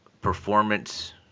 performance